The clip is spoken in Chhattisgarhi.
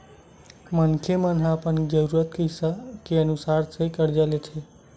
मनखे मन ह अपन जरूरत के अनुसार ले करजा लेथे